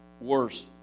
worse